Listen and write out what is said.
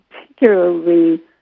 particularly